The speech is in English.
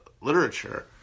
literature